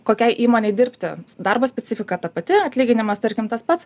kokiai įmonei dirbti darbo specifika ta pati atlyginimas tarkim tas pats